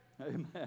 Amen